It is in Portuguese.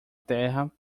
terra